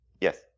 Yes